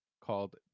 called